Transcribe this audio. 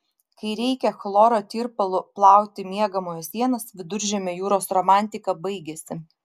kai reikia chloro tirpalu plauti miegamojo sienas viduržemio jūros romantika baigiasi